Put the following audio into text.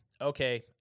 Okay